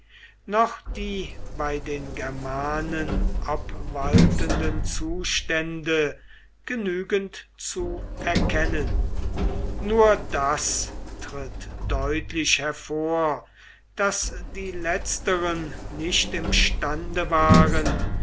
noch die bei den germanen obwaltenden zustände genügend zu erkennen nur das tritt deutlich hervor daß die letzteren nicht imstande waren